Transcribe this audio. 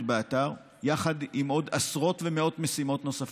באתר יחד עם עוד עשרות ומאות משימות נוספות,